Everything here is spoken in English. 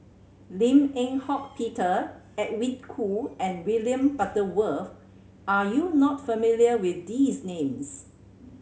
Lim Eng Hock Peter Edwin Koo and William Butterworth are you not familiar with these names